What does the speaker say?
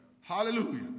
Hallelujah